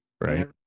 Right